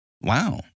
wow